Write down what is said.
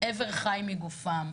אבר מן החי מגופם".